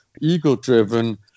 ego-driven